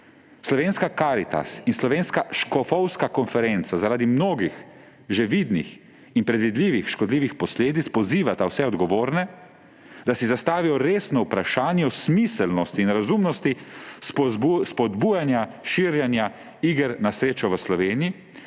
Slovenska karitas in Slovenska škofovska konferenca zaradi mnogih že vidnih in predvidljivih škodljivih posledic pozivata vse odgovorne, da si zastavijo resno vprašanje o smiselnosti in razumnosti spodbujanja širjenja iger na srečo v Sloveniji